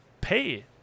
Pay